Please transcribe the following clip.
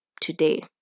today